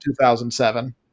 2007